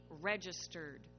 registered